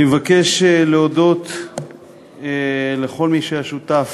אני מבקש להודות לכל מי שהיה שותף: